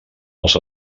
els